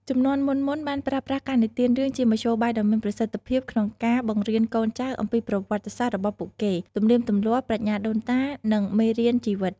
ជំនាន់មុនៗបានប្រើប្រាស់ការនិទានរឿងជាមធ្យោបាយដ៏មានប្រសិទ្ធភាពក្នុងការបង្រៀនកូនចៅអំពីប្រវត្តិសាស្ត្ររបស់ពួកគេ ទំនៀមទម្លាប់ ប្រាជ្ញាដូនតា និងមេរៀនជីវិត។